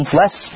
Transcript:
less